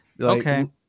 okay